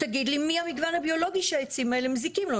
תגיד לי מי המגוון הביולוגי שהעצים האלה מזיקים לו,